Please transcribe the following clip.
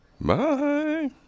Bye